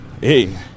hey